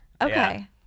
Okay